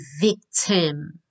victim